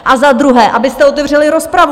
A za druhé, abyste otevřeli rozpravu!